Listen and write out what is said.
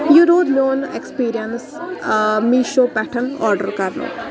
یہِ روٗد میون ایٚکٕسپیٖریَنس میٖشو پٮ۪ٹھ آرڈَر کَرنُک